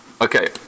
Okay